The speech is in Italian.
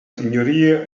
signoria